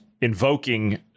invoking